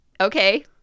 okay